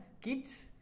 Kids